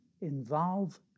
involve